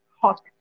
hot